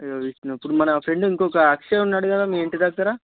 ఇదిగో విష్ణు ఇప్పుడు మన ఫ్రెండు ఇంకొక అక్షయ్ ఉన్నాడు కదా మీ ఇంటి దగ్గర